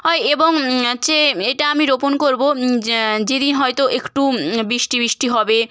হয় এবং হচ্ছে এইটা আমি রোপণ করবো যে যে দিন হয়তো একটু বৃষ্টি বৃষ্টি হবে